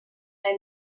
they